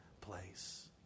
place